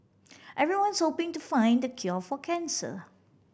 everyone's hoping to find the cure for cancer